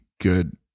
good